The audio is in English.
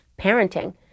parenting